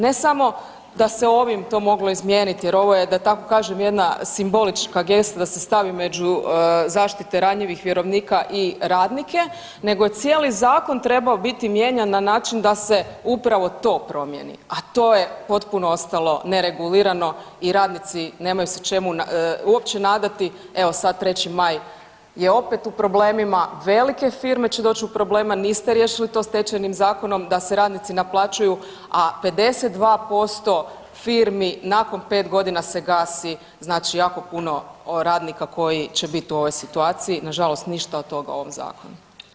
Ne samo da se ovim to moglo izmijeniti jer ovo je, da tako kažem jedna simbolička gesta da se stavi među zaštite ranjivih vjerovnika i radnike, nego je cijeli zakon trebao biti mijenjan na način da se upravo to promijeni, a to je potpuno ostalo neregulirano i radnici nemaju se čemu uopće nadati, evo sad 3. maj je opet u problemima, velike firme će doći u probleme, a niste riješili sto Stečajnim zakonom da se radnici naplaćuju, a 52% firmi nakon 5 godina se gasi znači jako puno radnika koji će biti u ovoj situaciji, nažalost ništa od toga u ovom Zakonu.